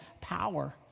power